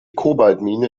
kobaltmine